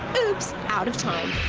oops, out of time.